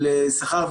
לשכר.